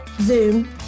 Zoom